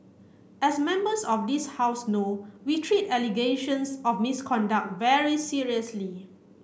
as members of this House know we treat allegations of misconduct very seriously